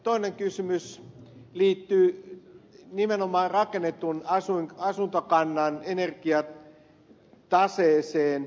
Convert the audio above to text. toinen kysymys liittyy nimenomaan rakennetun asuntokannan energiataseeseen